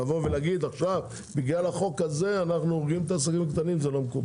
להגיד עכשיו שבגלל החוק הזה אנחנו הורגים את העסקים הקטנים זה לא מקובל.